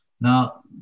Now